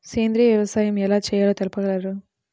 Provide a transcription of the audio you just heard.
సేంద్రీయ వ్యవసాయం ఎలా చేయాలో తెలుపగలరు?